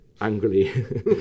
angrily